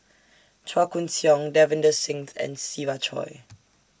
Chua Koon Siong Davinder Singh and Siva Choy